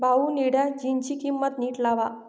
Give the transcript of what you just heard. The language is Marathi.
भाऊ, निळ्या जीन्सची किंमत नीट लावा